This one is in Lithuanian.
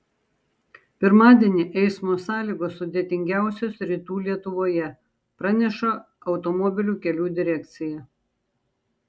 pirmadienį eismo sąlygos sudėtingiausios rytų lietuvoje praneša automobilių kelių direkcija